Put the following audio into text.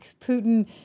Putin